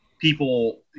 people